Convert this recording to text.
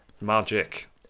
Magic